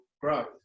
growth